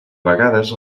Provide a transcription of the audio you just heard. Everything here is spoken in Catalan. vegades